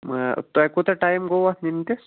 تۄہہِ کوٗتاہ ٹایِم گوٚو اَتھ نِمتِس